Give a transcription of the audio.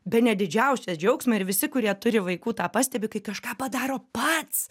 bene didžiausią džiaugsmą ir visi kurie turi vaikų tą pastebi kai kažką padaro pats